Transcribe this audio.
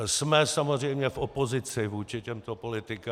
Jsme samozřejmě v opozici vůči těmto politikám.